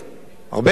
הרבה שרים.